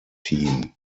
team